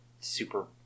super